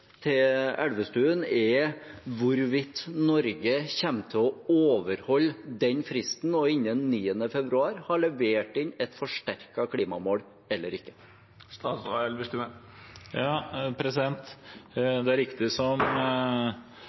Elvestuen er hvorvidt Norge kommer til å overholde den fristen og innen 9. februar ha levert inn et forsterket klimamål eller ikke. Det er riktig som